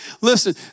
Listen